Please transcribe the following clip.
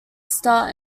star